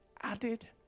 added